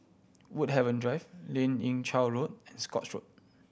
Woodhaven Drive Lien Ying Chow Road Scotts Road